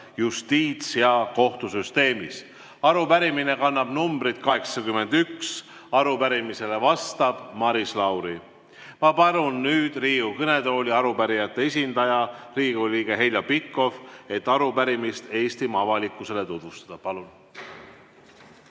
justiits- ja kohtusüsteemis. Arupärimine kannab numbrit 81. Arupärimisele vastab Maris Lauri. Ma palun Riigikogu kõnetooli arupärijate esindaja, Riigikogu liikme Heljo Pikhofi, kes arupärimist Eestimaa avalikkusele tutvustab. Palun!